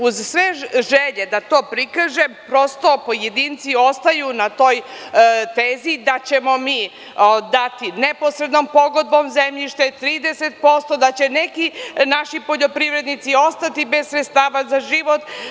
Uz sve želje da to prikažem, prosto, pojedinci ostaju na toj tezi da ćemo mi dati neposrednom pogodbom zemljište, 30%, da će neki naši poljoprivrednici ostati bez sredstava za život.